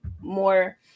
more